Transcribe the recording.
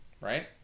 right